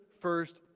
first